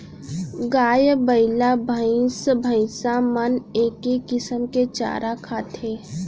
गाय, बइला, भईंस भईंसा मन एके किसम के चारा खाथें